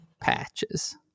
Patches